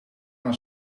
naar